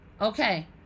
Okay